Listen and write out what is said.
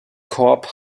korps